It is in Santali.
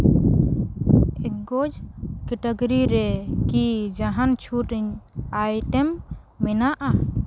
ᱮᱹᱠᱜᱳᱡᱽ ᱠᱮᱴᱟᱜᱳᱨᱤ ᱨᱮ ᱠᱤ ᱡᱟᱦᱟᱱ ᱪᱷᱩᱴ ᱤᱧ ᱟᱭᱴᱮᱢ ᱢᱮᱱᱟᱜᱼᱟ